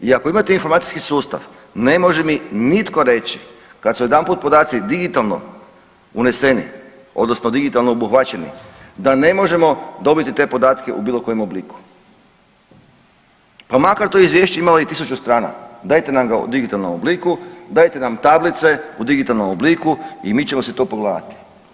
I ako imate informacijski sustav ne možemo ni nitko reći kad su jedanput podaci digitalno uneseni odnosno digitalno obuhvaćeni da ne možemo dobiti te podatke u bilo kojem obliku, pa makar to izvješće imali i tisuću strana dajte nam ga u digitalnom obliku, dajte nam tablice u digitalnom obliku i mi ćemo si to pogledati.